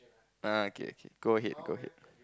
uh okay okay go ahead go ahead